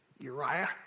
Uriah